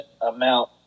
amount